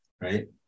right